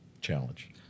challenge